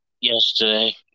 Yesterday